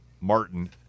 Martin